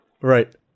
Right